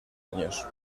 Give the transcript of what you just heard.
años